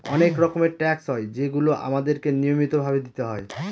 অনেক রকমের ট্যাক্স হয় যেগুলো আমাদেরকে নিয়মিত ভাবে দিতে হয়